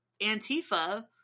antifa